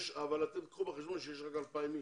קחו בחשבון שיש רק 2,000 אנשים.